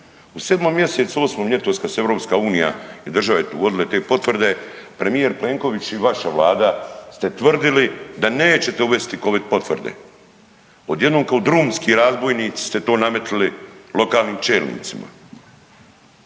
U sedmom mjesecu, osmom kad su EU i države uvodile te potvrde premijer Plenković i vaša Vlada ste tvrdili da nećete uvesti covid potvrde. Odjednom kao drumski razbojnici ste to nametnuli lokalnim čelnicima,